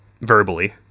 verbally